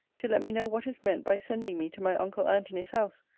to let me know what is meant by sending me to my uncle antony's house,